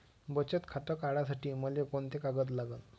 बचत खातं काढासाठी मले कोंते कागद लागन?